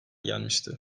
gelmişti